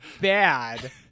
bad